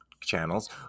channels